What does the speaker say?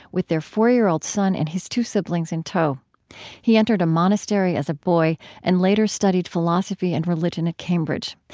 with their four-year-old son and his two siblings in tow he entered a monastery as a boy and later studied philosophy and religion at cambridge.